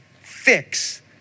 fix